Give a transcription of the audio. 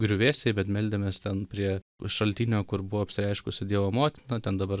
griuvėsiai bet meldėmės ten prie šaltinio kur buvo apsireiškusi dievo motina ten dabar